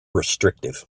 restrictive